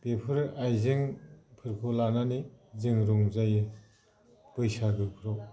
बेफोरो आइजेंफोरखौ लानानै जों रंजायो बैसागोखौ